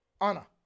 Anna